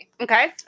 Okay